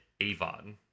Avon